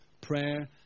Prayer